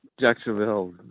Jacksonville